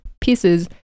pieces